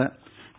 രുര